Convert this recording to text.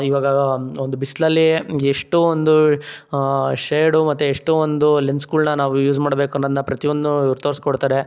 ಇವಾಗ ಒಂದು ಬಿಸಿಲಲ್ಲಿ ಎಷ್ಟು ಒಂದು ಶೇಡು ಮತ್ತೆ ಎಷ್ಟು ಒಂದು ಲೆನ್ಸ್ಗಳನ್ನ ನಾವು ಯೂಸ್ ಮಾಡ್ಬೇಕು ಅನ್ನೋದನ್ನ ಪ್ರತಿಯೊಂದನ್ನೂ ಇವರು ತೋರಿಸ್ಕೊಡ್ತಾರೆ